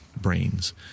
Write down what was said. brains